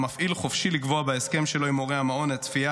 המפעיל חופשי לקבוע בהסכם שלו עם הורי המעון את הצפייה